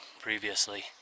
previously